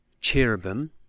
cherubim